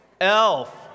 Elf